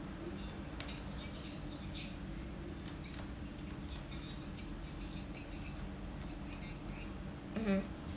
mmhmm